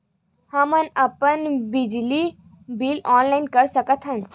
हमन अपन बिजली बिल ऑनलाइन कर सकत हन?